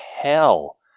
hell